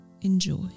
Enjoy